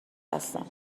هستم